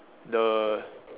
the